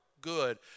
good